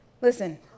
Listen